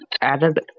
added